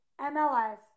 MLS